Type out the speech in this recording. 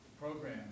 program